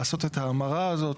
לעשות את ההמרה הזאת,